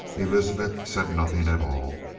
elizabeth said nothing at all.